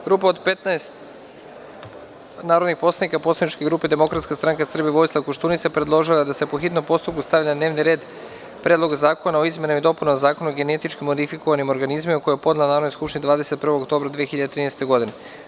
Grupa od 15 narodnih poslanika poslaničke grupe Demokratska stranka Srbije – Vojislav Koštunica, predložila je da se po hitnom postupku stavi na dnevni red Predlog zakona o izmenama i dopunama Zakona o genetički modifikovanim organizmima, koju je podnela Narodnoj skupštini 21. oktobra 2013. godine.